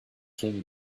king